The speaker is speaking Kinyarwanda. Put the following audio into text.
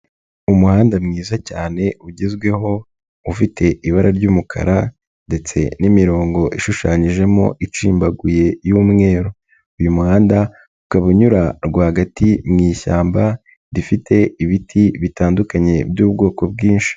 Umuhanda mwiza cyane ugezweho ufite ibara ry'umukara ndetse n'imirongo ishushanyijemo icimbaguye y'umweru, uyu muhanda ukaba unyura rwagati mu ishyamba rifite ibiti bitandukanye by'ubwoko bwinshi.